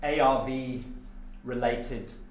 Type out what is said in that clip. ARV-related